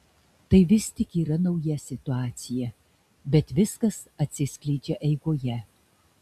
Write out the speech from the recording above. tai vis tik yra nauja situacija bet viskas atsiskleidžia eigoje